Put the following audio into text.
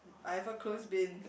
I have a close bin